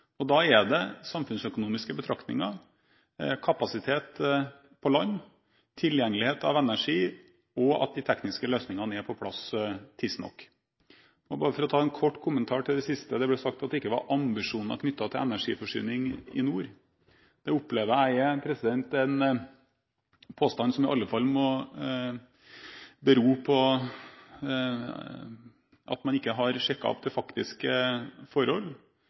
er samfunnsøkonomiske betraktninger, kapasitet på land og tilgjengelighet av energi, og at de tekniske løsningene er på plass tidsnok. Bare for å ta en kort kommentar til det siste: Det ble sagt at det ikke var ambisjoner knyttet til energiforsyning i nord. Det opplever jeg er en påstand som i alle fall må bero på at man ikke har sjekket opp de faktiske forhold.